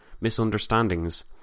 misunderstandings